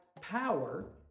power